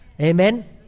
Amen